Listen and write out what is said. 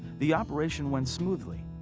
the operation went smoothly.